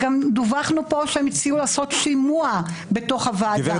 גם דווחנו כאן שהם הציעו לעשות שימוע בתוך הוועדה.